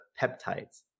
peptides